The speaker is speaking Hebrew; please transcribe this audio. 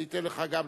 אני אתן לך גם לדבר.